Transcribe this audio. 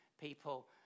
People